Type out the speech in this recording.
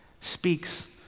speaks